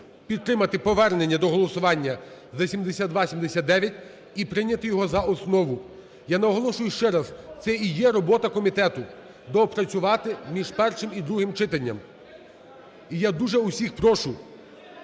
підтримати повернення до голосування за 7279 і прийняти його за основу. Я наголошую ще раз, це і є робота комітету – доопрацювати між першим і другим читанням. І я дуже усіх прошу